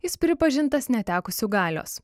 jis pripažintas netekusiu galios